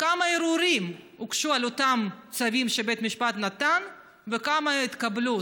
כמה ערעורים הוגשו על אותם צווים שבית משפט נתן וכמה התקבלו?